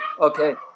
Okay